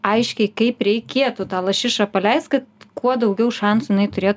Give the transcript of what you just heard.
aiškiai kaip reikėtų tą lašišą paleist kad kuo daugiau šansų jinai turėtų